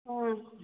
ꯑ